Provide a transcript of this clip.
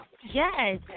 Yes